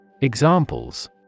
Examples